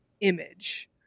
image